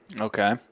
Okay